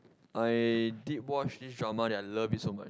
I did watch this drama that I love it so much